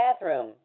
bathroom